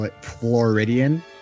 Floridian